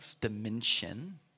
dimension